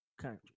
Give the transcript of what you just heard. country